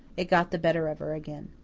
it got the better of her again.